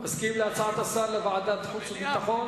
מסכים להצעת השר: לוועדת חוץ וביטחון?